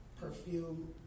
perfume